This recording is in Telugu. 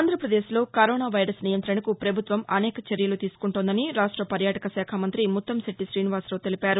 ఆంధ్రప్రదేశ్లో కరోనా వైరస్ నియంతణకు పభుత్వం అనేక చర్యలు తీసుకుంటోందని రాష్ట పర్యాటక శాఖ మంత్రి ముత్తంశెట్టి శ్రీనివాసరావు తెలిపారు